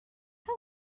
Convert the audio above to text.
how